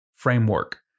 Framework